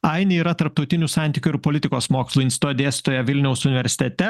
ainė yra tarptautinių santykių ir politikos mokslų instituto dėstytoja vilniaus universitete